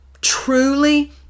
truly